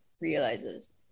realizes